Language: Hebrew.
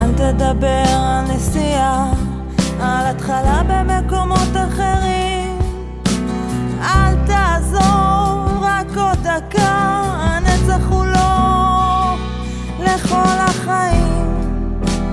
אל תדבר על נסיעה, על התחלה במקומות אחרים, אל תעזוב רק עוד דקה, הנצח הוא לא לכל החיים